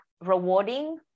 rewarding